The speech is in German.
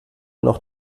noch